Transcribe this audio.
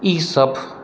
ईसभ